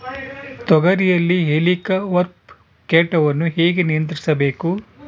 ತೋಗರಿಯಲ್ಲಿ ಹೇಲಿಕವರ್ಪ ಕೇಟವನ್ನು ಹೇಗೆ ನಿಯಂತ್ರಿಸಬೇಕು?